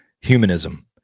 humanism